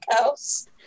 house